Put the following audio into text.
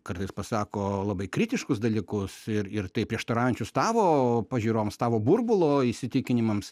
kartais pasako labai kritiškus dalykus ir ir tai prieštaraujančius tavo pažiūroms tavo burbulo įsitikinimams